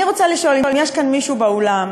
אני רוצה לשאול אם יש כאן מישהו באולם,